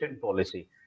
policy